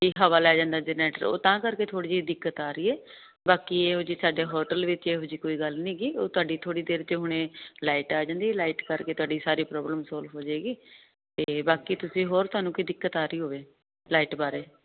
ਹਵਾ ਲੈ ਜਾਂਦਾ ਉਹ ਤਾਂ ਕਰਕੇ ਥੋੜੀ ਜਿਹੀ ਦਿੱਕਤ ਆ ਰਹੀ ਏ ਬਾਕੀ ਇਹੋ ਜਿਹੀ ਸਾਡੇ ਹੋਟਲ ਵਿੱਚ ਇਹੋ ਜਿਹੀ ਕੋਈ ਗੱਲ ਨਹੀਂ ਗੀ ਉਹ ਤੁਹਾਡੀ ਥੋੜੀ ਦੇਰ 'ਚ ਹੁਣੇ ਲਾਈਟ ਆ ਜਾਂਦੀ ਲਾਈਟ ਕਰਕੇ ਤੁਹਾਡੀ ਸਾਰੀ ਪ੍ਰੋਬਲਮ ਸੋਲਵ ਹੋ ਜਾਏਗੀ ਤੇ ਬਾਕੀ ਤੁਸੀਂ ਹੋਰ ਤੁਹਾਨੂੰ ਕੋਈ ਦਿੱਕਤ ਆ ਰਹੀ ਹੋਵੇ ਲਾਈਟ ਬਾਰੇ